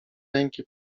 ręki